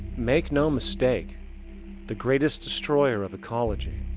make no mistake the greatest destroyer of ecology,